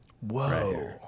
whoa